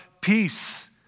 peace